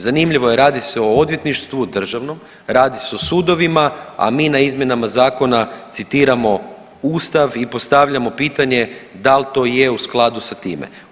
Zanimljivo je radi se o odvjetništvu državnom, radi se o sudovima, a mi na izmjenama zakona citiramo Ustav i postavljamo pitanje da li to je u skladu sa time.